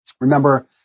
Remember